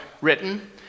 written